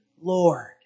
Lord